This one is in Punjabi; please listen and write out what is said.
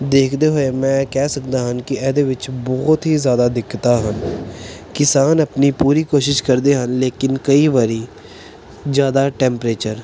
ਦੇਖਦੇ ਹੋਏ ਮੈਂ ਕਹਿ ਸਕਦਾ ਹਨ ਕਿ ਇਹਦੇ ਬਹੁਤ ਹੀ ਜ਼ਿਆਦਾ ਦਿੱਕਤਾਂ ਹਨ ਕਿਸਾਨ ਆਪਣੀ ਪੂਰੀ ਕੋਸ਼ਿਸ਼ ਕਰਦੇ ਹਨ ਲੇਕਿਨ ਕਈ ਵਾਰੀ ਜ਼ਿਆਦਾ ਟੈਮਪਰੇਚਰ